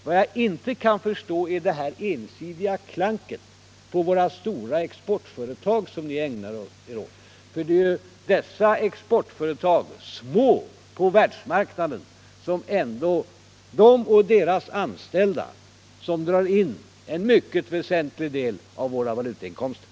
Vad jag inte kan förstå är det här ensidiga klanket på våra stora exportföretag som ni ägnar er åt. Det är ju dessa exportföretag — små på världsmarknaden — och deras anställda som drar in en mycket väsentlig del av våra valutinkomster.